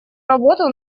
работу